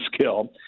skill